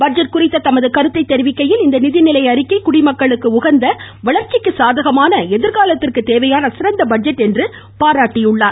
budget குறித்த தமது கருத்தை தெரிவிக்கையில் இந்த நிதிநிலை அறிக்கை குடிமக்களுக்கு உகந்த வளர்ச்சிக்கு சாதகமான எதிர்காலத்திற்கு தேவையான சிறந்த பட்ஜெட் என்று கூறியுள்ளார்